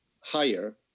higher